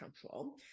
control